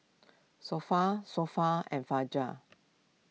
Sofea Sofea and Fajar